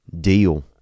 deal